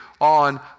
on